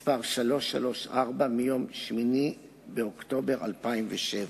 מס' 334, מיום 8 באוקטובר 2007,